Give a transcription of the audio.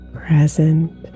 present